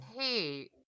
hey